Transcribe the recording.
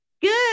Good